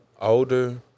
older